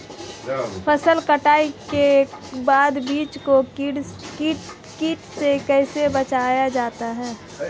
फसल कटाई के बाद बीज को कीट से कैसे बचाया जाता है?